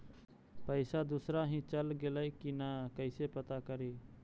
पैसा दुसरा ही चल गेलै की न कैसे पता करि?